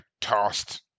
tossed